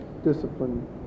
discipline